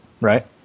Right